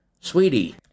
sweetie